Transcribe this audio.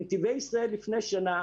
בנתיבי ישראל לפני שנה